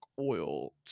oil